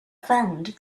found